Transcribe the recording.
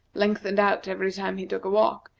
lengthened out every time he took a walk,